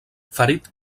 ferit